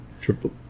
triple